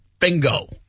Bingo